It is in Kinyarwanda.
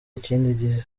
ikindi